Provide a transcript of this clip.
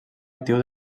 actiu